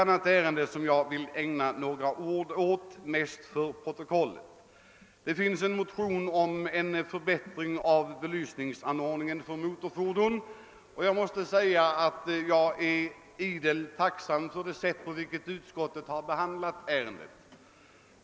Här gäller det en motion om förbättring av belysninganordningarna på motorfordon. Jag är mycket tacksam för det sätt på vilket utskottet har behandlat den.